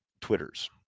Twitters